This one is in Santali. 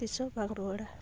ᱛᱤᱥ ᱦᱚᱸ ᱵᱟᱝ ᱨᱩᱣᱟᱹᱲᱟ